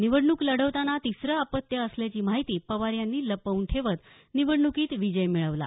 निवडणूक लढवताना तिसरं अपत्य असल्याची माहिती पवार यांनी लपवून ठेवत निवडणुकीत विजयी मिळवला